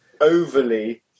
overly